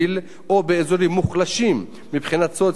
או באזורים מוחלשים מבחינה סוציו-אקונומית,